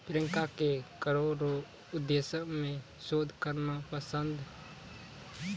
प्रियंका के करो रो उद्देश्य मे शोध करना पसंद छै